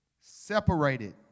Separated